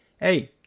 Hey